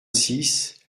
six